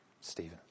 Stephen